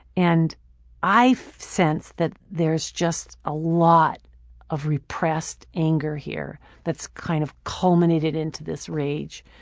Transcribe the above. and i sense that there's just a lot of repressed anger here that's kind of culminated into this rage.